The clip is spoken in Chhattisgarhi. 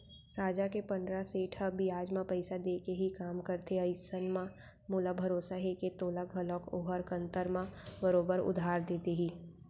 साजा के पंडरा सेठ ह बियाज म पइसा देके ही काम करथे अइसन म मोला भरोसा हे के तोला घलौक ओहर कन्तर म बरोबर उधार दे देही